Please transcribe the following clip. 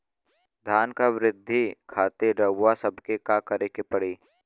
धान क वृद्धि खातिर रउआ सबके का करे के पड़ी?